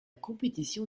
compétition